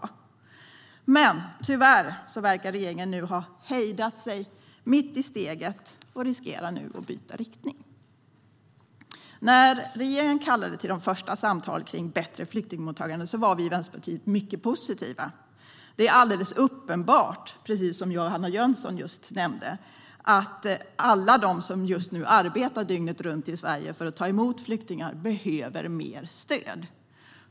Men tyvärr verkar regeringen nu ha hejdat sig mitt i steget och riskerar att byta riktning. När regeringen kallade till de första samtalen om bättre flyktingmottagande var vi i Vänsterpartiet mycket positiva. Det är alldeles uppenbart, precis som Johanna Jönsson just nämnde, att alla de som just nu arbetar dygnet runt i Sverige för att ta emot flyktingar behöver mer stöd.